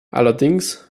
allerdings